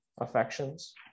affections